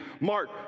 Mark